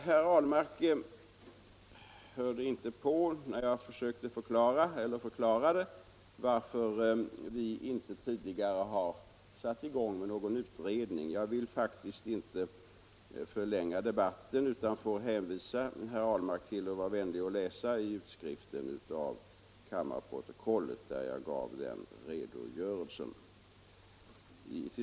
Sedan hörde herr Ahlmark tydligen inte på när jag förklarade varför vi inte tidigare har satt i gång någon utredning i dessa frågor. Jag vill faktiskt nu inte förlänga debatten utan får hänvisa herr Ahlmark till att läsa utskriften av mitt anförande i kammarprotokollet, där jag gav den redogörelsen.